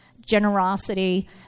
generosity